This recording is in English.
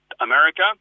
America